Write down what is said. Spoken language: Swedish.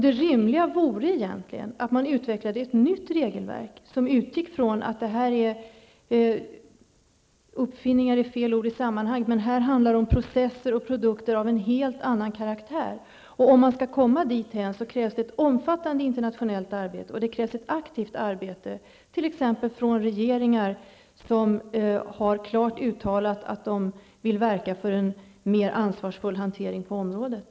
Det rimliga vore egentligen att man utvecklade ett nytt regelverk som utgår ifrån att det här är enprocess och en produkt av helt annan karaktär. Om man skall kunna komma dithän krävs ett omfattande internationellt arbete. Det krävs ett aktivt arbete, t.ex. från regeringar som klart har uttalat att de vill verka för en mer ansvarsfull hantering på området.